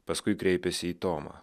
paskui kreipėsi į tomą